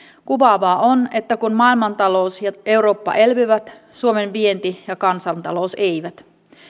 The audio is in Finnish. kuvaavaa on että kun maailmantalous ja eurooppa elpyvät suomen vienti ja kansantalous eivät